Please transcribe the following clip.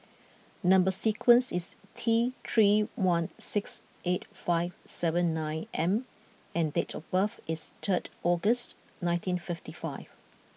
number sequence is T three one six eight five seven nine M and date of birth is third August nineteen fifty five